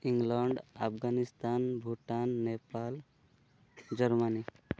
England Afghanistan Bhutan Nepal Germany